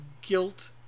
guilt